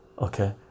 okay